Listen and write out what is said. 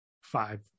five